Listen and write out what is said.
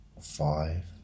five